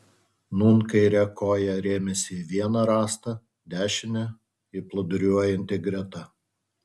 nūn kaire koja rėmėsi į vieną rąstą dešine į plūduriuojantį greta